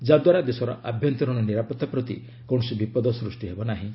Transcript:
ଯାଦ୍ୱାରା ଦେଶର ଆଭ୍ୟନ୍ତରିଣ ନିରାପତ୍ତା ପ୍ରତି କୌଣସି ବିପଦ ସୃଷ୍ଟି ହେବ ନାହିଁ